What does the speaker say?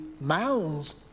mounds